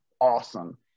awesome